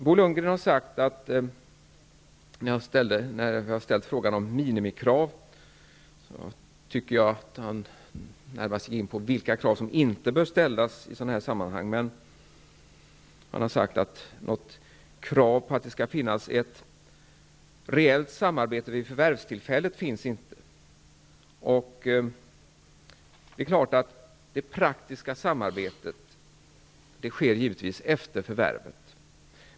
Bo Lundgren gick, med anledning av min fråga om minimikrav, närmast in på frågan om vilka krav som inte bör ställas i sådana här sammanhang. Men han har sagt att något krav på ett reellt samarbete vid förvärvstillfället inte finns. Det praktiska samarbetet sker givetvis efter förvärvet.